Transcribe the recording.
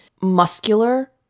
muscular